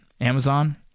Amazon